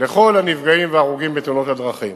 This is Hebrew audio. לכל הנפגעים וההרוגים בתאונות הדרכים.